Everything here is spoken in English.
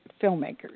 filmmakers